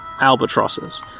albatrosses